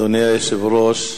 אדוני היושב-ראש,